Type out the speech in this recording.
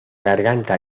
garganta